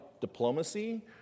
diplomacy